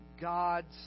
God's